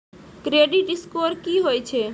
Credit score की होय छै?